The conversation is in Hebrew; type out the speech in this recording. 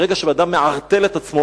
ברגע שאדם מערטל את עצמו,